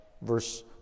verse